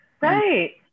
Right